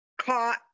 caught